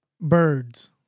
Birds